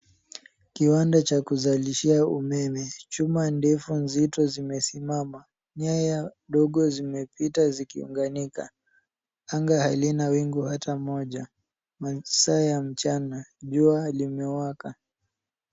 Kiwanda cha kuzalishia umeme. Chuma ndefu nzito zimesimama, nyaya dogo zimepita zikiunganika. Anga halina wingu ata moja, masaa ya mchana jua limewaka.